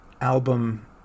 album